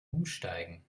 umsteigen